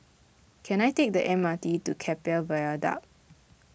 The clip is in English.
can I take the M R T to Keppel Viaduct